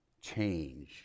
change